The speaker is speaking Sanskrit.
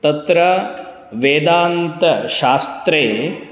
तत्र वेदान्तशास्त्रे